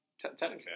technically